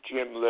Jim